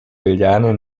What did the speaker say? juliane